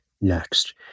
next